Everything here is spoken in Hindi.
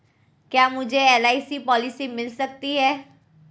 क्या मुझे एल.आई.सी पॉलिसी मिल सकती है?